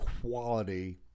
quality